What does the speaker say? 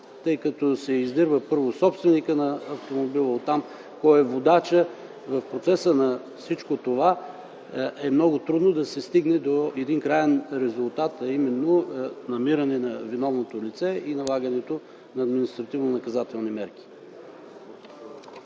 тъй като се издирва първо собственикът на автомобила, оттам кой е водачът и в процеса на всичко това е много трудно да се стигне до краен резултат, а именно намиране на виновното лице и налагането на административно-наказателни мерки.